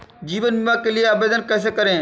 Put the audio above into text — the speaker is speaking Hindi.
जीवन बीमा के लिए आवेदन कैसे करें?